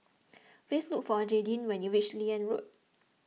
please look for Jadyn when you reach Liane Road